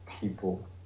people